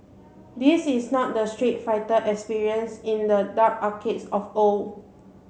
this is not the Street Fighter experience in the dark arcades of old